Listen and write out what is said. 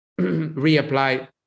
reapply